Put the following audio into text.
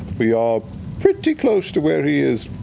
we are pretty close to where he is,